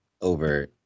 over